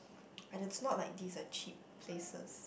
and it's not like these are cheap places